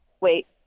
Wait